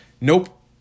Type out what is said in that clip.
Nope